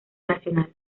nacional